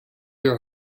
your